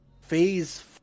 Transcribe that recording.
Phase